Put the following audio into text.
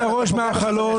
תוציא את הראש מהחלון,